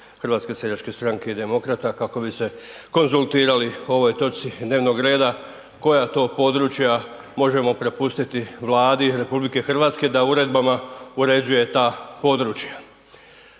u ime Kluba HSS-a i Demokrata kako bi se konzultirali o ovoj točci dnevnog reda koja to područja možemo prepustiti Vladi RH da uredbama uređuje ta područja.